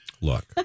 look